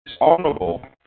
honorable